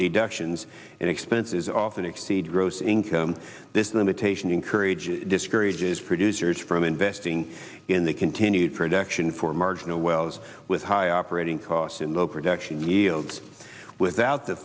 deductions and expenses often exceed gross income this limitation encourages discourages producers from investing in the continued production for marginal wells with high operating costs in the production yields without the